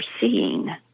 seeing